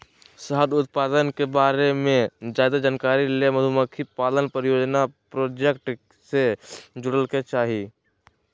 शहद उत्पादन के बारे मे ज्यादे जानकारी ले मधुमक्खी पालन परियोजना प्रोजेक्ट से जुड़य के चाही